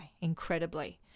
incredibly